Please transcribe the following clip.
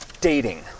dating